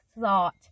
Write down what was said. thought